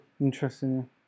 Interesting